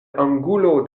angulo